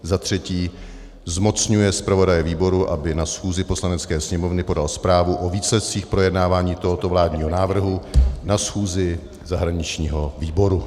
III. zmocňuje zpravodaje výboru, aby na schůzi Poslanecké sněmovny podal zprávu o výsledcích projednávání tohoto vládního návrhu na schůzi zahraničního výboru.